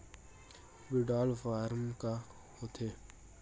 withdrawal form का होथेय